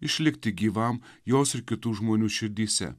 išlikti gyvam jos ir kitų žmonių širdyse